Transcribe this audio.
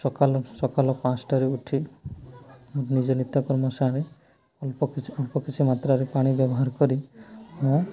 ସକାଳ ସକାଳ ପାଞ୍ଚଟାରେ ଉଠି ନିଜ ନିତ୍ୟକର୍ମ ସାରି ଅଳ୍ପ କିଛି ଅଳ୍ପ କିଛି ମାତ୍ରାରେ ପାଣି ବ୍ୟବହାର କରି ମୁଁ